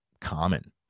common